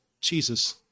Jesus